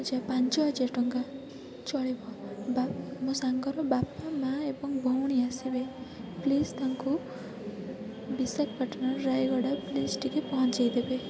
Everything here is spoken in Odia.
ଆଛା ପାଞ୍ଚହଜାର ଟଙ୍କା ଚଳିବ ବା ମୋ ସାଙ୍ଗର ବାପା ମାଁ ଏବଂ ଭଉଣୀ ଆସିବେ ପ୍ଳିଜ୍ ତାଙ୍କୁ ବିଶାଖାପାଟଣାରୁ ରାୟଗଡ଼ା ପ୍ଲିଜ୍ ଟିକେ ପହଞ୍ଚାଇ ଦେବେ